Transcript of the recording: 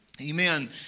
Amen